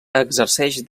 exerceix